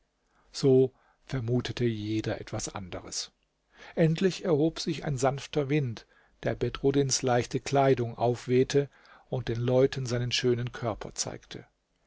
so vermutete jeder etwas anderes endlich erhob sich ein sanfter wind der bedruddins leichte kleidung aufwehte und den leuten seinen schönen körper zeigte